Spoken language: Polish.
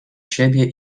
siebie